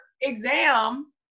exam